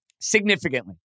significantly